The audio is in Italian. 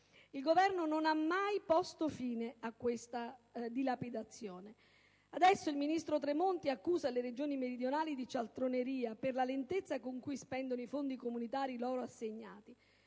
Il Governo non ha mai posto fine a questa dilapidazione. Adesso il ministro Tremonti accusa le Regioni meridionali di cialtroneria per la lentezza con cui spendono i fondi comunitari loro assegnati.